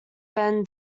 ben